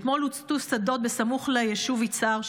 אתמול הוצתו שדות סמוך ליישוב יצהר,